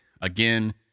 again